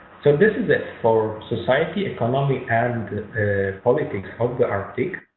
so this is it for society economy and politics of the arctic.